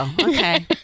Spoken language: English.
Okay